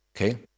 okay